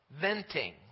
Venting